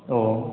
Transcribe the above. अ